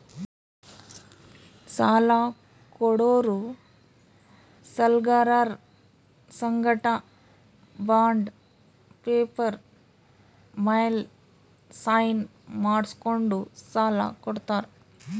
ಸಾಲ ಕೊಡೋರು ಸಾಲ್ಗರರ್ ಸಂಗಟ ಬಾಂಡ್ ಪೇಪರ್ ಮ್ಯಾಲ್ ಸೈನ್ ಮಾಡ್ಸ್ಕೊಂಡು ಸಾಲ ಕೊಡ್ತಾರ್